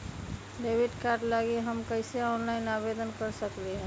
Debit card लागी हम कईसे ऑनलाइन आवेदन दे सकलि ह?